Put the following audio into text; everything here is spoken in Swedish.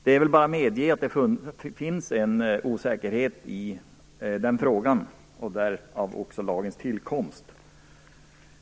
Det är bara att medge att det finns en osäkerhet i frågan. Därav lagens tillkomst.